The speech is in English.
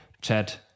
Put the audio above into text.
chat